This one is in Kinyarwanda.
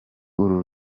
uru